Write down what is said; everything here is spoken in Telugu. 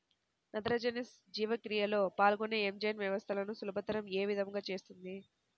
నత్రజని జీవక్రియలో పాల్గొనే ఎంజైమ్ వ్యవస్థలను సులభతరం ఏ విధముగా చేస్తుంది?